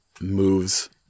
moves